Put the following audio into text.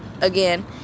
again